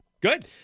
Good